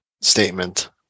statement